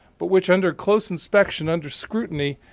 but which under close inspection, under scrutiny,